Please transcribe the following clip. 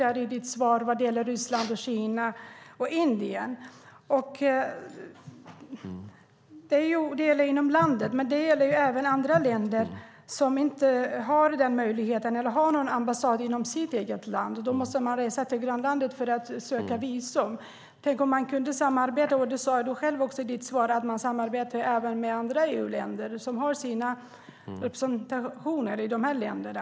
Ministern nämnde Ryssland, Kina och Indien i sitt svar. Det gäller inom landet. Men det finns andra länder som inte har den möjligheten eller har någon ambassad i det egna landet. Då måste man resa till grannlandet för att söka visum. Ministern nämnde också i sitt svar att man samarbetar med andra EU-länder som har representationer i de här länderna.